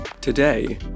Today